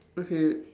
okay